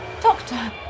Doctor